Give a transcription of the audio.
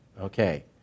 Okay